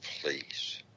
please